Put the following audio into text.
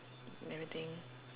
and everything